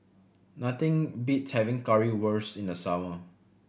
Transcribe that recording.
nothing beats having Currywurst in the summer